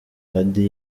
hadi